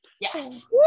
Yes